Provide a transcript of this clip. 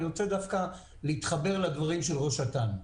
אני רוצה דווקא להתחבר לדברים של ראש את"ן,